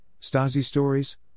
Stasi-Stories